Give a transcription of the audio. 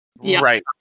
Right